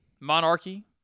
monarchy